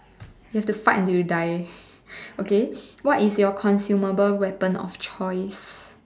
you have to fight until you die okay what is your consumable weapon of choice